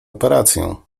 operację